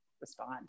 respond